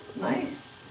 Nice